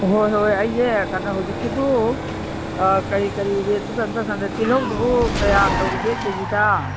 ꯍꯣꯏ ꯍꯣꯏ ꯑꯩꯁꯦ ꯀꯩꯅꯣ ꯍꯧꯖꯤꯛꯁꯤꯕꯨ ꯀꯔꯤ ꯀꯔꯤ ꯔꯦꯠꯇꯨ ꯀꯩꯅꯣ ꯇꯧꯔꯀꯥꯟꯗ ꯇꯤꯜꯂꯧꯗꯨꯕꯨ ꯀꯌꯥ ꯇꯧꯔꯤꯒꯦ ꯀꯦ ꯖꯤꯗ